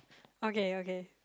okay okay